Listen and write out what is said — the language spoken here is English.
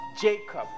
Jacob